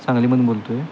सांगलीमधून बोलतो आहे